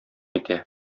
итә